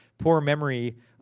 poor memory.